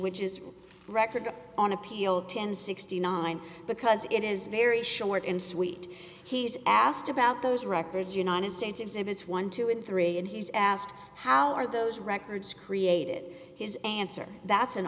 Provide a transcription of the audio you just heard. which is record on appeal one thousand and sixty nine because it is very short and sweet he's asked about those records united states exhibits twelve and three and he's asked how are those records created his answer that's an